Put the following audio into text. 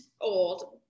old